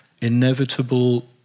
inevitable